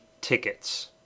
tickets